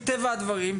מטבע הדברים,